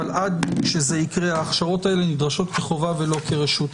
אבל עד שזה יקרה ההכשרות האלה נדרשות כחובה ולא כרשות.